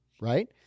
right